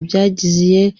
byagiye